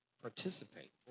participate